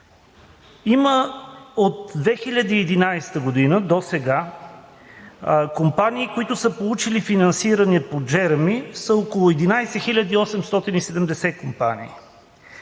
От 2011 г. досега има компании, които са получили финансиране по „Джереми“ – около 11 870 компании.